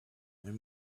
there